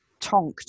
tonked